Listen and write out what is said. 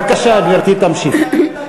בבקשה, גברתי, תמשיכי.